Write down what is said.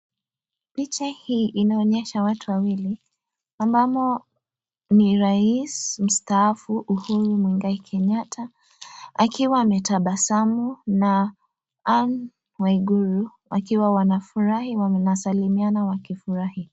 Picha hii inaonyesha watu wawili ambamo ni Rais mstaafu Uhuru Muigai Kenyatta akiwa ametabasamu na Ann Waiguru wakiwa wanafurahi. Wanasalimiana wakifurahi.